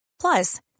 Plus